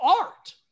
art